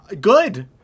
Good